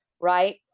Right